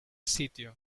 sitio